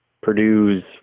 Purdue's